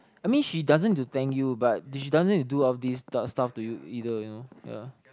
I mean she doesn't need to thank you but she doesn't need to do all of these stuff to you either you know yeah